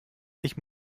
ich